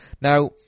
Now